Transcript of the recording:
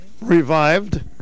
revived